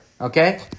Okay